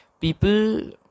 people